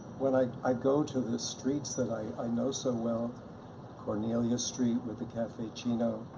when i i go to the streets that i know so well cornelia street with the caffe chino,